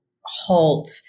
halt